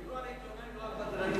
דיברו על עיתונאים ולא על בדרנים.